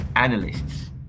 Analysts